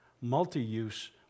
multi-use